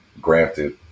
Granted